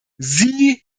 sie